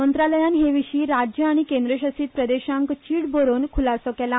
मंत्रालयान हे विशी राज्यां आनी केंद्र शासित प्रदेशांक चीट बरोवन खुलासो केला